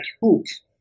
hoops